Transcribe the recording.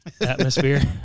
atmosphere